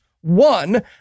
One